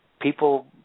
People